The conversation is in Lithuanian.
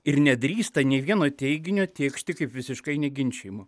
ir nedrįsta nė vieno teiginio tėkšti kaip visiškai neginčijamo